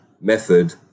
method